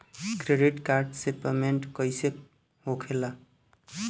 Credit card से payment कईसे होखेला?